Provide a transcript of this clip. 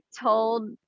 told